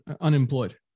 unemployed